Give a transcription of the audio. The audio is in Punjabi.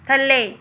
ਥੱਲੇ